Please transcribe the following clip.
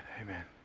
amen.